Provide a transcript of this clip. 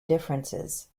differences